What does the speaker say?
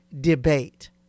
debate